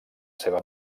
seva